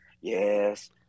yes